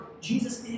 Jesus